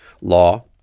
Law